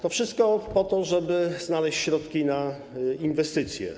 To wszystko po to, żeby znaleźć środki na inwestycje.